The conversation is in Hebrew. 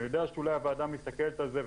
אני יודע שאולי הוועדה מסתכלת על זה,